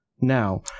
now